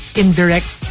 indirect